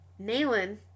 Naylin